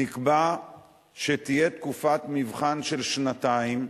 נקבע שתהיה תקופת מבחן של שנתיים,